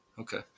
Okay